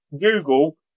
Google